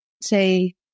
say